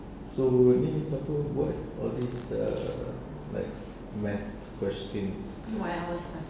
so hari ni siapa buat all these err like math questions